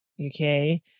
Okay